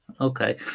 Okay